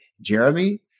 Jeremy